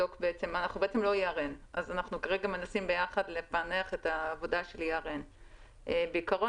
כי אם ברירת המחדל היא קרוס וכדי לקבל ללא קרוס אני